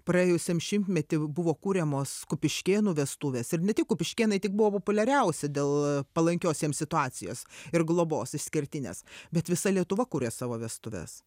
praėjusiam šimtmety buvo kuriamos kupiškėnų vestuvės ir ne tik kupiškėnai tik buvo populiariausi dėl palankios jiem situacijos ir globos išskirtinės bet visa lietuva kuria savo vestuves